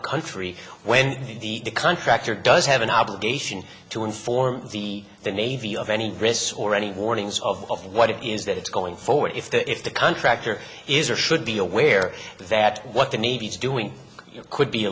the country when the contractor does have an obligation to inform the the navy of any risks or any warnings of what it is that it's going forward if the if the contractor is or should be aware that what the navy is doing could be